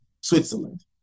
Switzerland